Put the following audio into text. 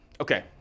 Okay